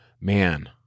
man